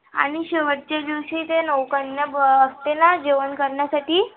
आणि शेवटच्या दिवशी ते नऊ कन्या बसते ना जेवण करण्यासाठी